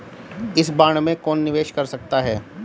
इस बॉन्ड में कौन निवेश कर सकता है?